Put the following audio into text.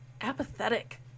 apathetic